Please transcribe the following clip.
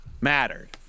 mattered